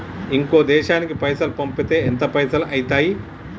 ఇంకో దేశానికి పైసల్ పంపితే ఎంత పైసలు అయితయి?